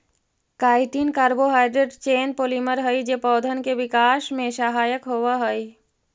chitin carbohydrate chain polymer हई जे पौधन के विकास में सहायक होवऽ हई